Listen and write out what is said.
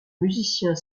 musicien